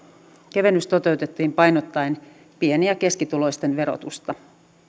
kevennys toteutettiin painottaen pieni ja keskituloisten verotusta